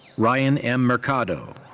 ryan m. mercado.